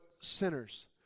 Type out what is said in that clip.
sinners